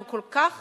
הם כל כך